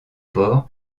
port